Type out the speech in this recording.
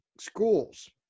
schools